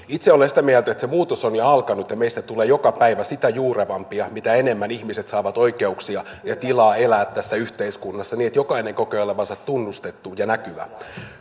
itse olen sitä mieltä että se muutos on jo alkanut ja meistä tulee joka päivä sitä juurevampia mitä enemmän ihmiset saavat oikeuksia ja tilaa elää tässä yhteiskunnassa niin että jokainen kokee olevansa tunnustettu ja näkyvä